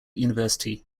university